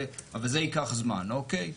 אבל זה ייקח זמן, אוקיי?